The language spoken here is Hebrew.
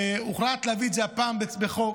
רק שהוחלט להביא את זה הפעם בחוק.